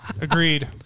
Agreed